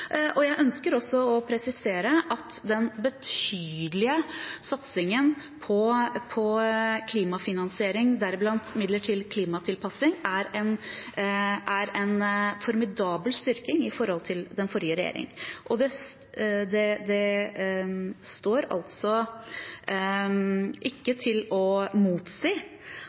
Jeg ønsker også å presisere at den betydelige satsingen på klimafinansiering, deriblant midler til klimatilpassing, er en formidabel styrking i forhold til den forrige regjeringens satsing. Og det står altså ikke til å